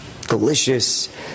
Delicious